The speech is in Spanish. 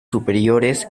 superiores